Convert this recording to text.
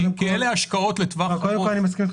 כי אלו השקעות לטווח ארוך.